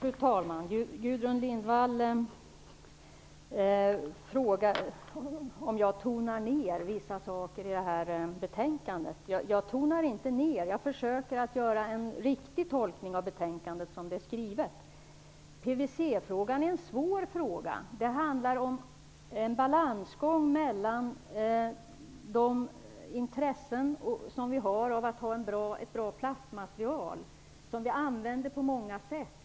Fru talman! Gudrun Lindvall frågar om jag tonar ned vissa saker i betänkandet. Jag tonar inte ned. Jag försöker göra en riktig tolkning av betänkandet som det är skrivet. PVC-frågan är en svår fråga. Det handlar om en balansgång mellan de intressen som vi har av att ha ett bra plastmaterial som vi använder på många sätt.